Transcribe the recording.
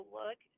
look